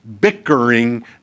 bickering